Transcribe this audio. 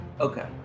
Okay